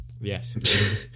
Yes